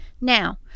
Now